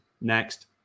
Next